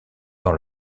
dans